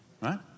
right